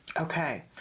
Okay